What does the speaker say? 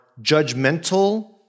judgmental